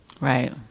Right